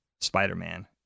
Spider-Man